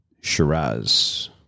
Shiraz